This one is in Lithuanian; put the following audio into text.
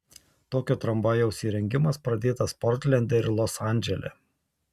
tokio tramvajaus įrengimas pradėtas portlende ir los andžele